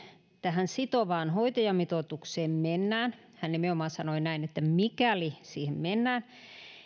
tähän sitovaan hoitajamitoitukseen mennään hän nimenomaan sanoi näin mikäli siihen mennään